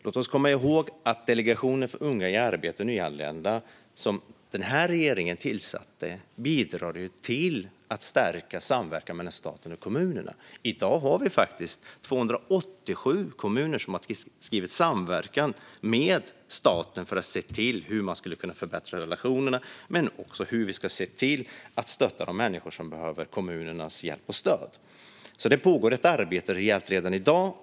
Låt oss komma ihåg att Delegationen för unga och nyanlända till arbete, som den här regeringen tillsatte, bidrar till att stärka samverkan mellan staten och kommunerna. I dag har faktiskt 287 kommuner samverkan med staten för att se till hur man kan förbättra relationerna men också hur man kan stötta de människor som behöver kommunernas hjälp och stöd. Det pågår alltså ett rejält arbete redan i dag.